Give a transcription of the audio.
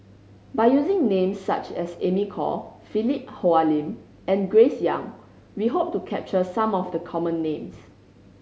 by using names such as Amy Khor Philip Hoalim and Grace Young we hope to capture some of the common names